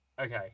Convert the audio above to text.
okay